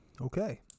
Okay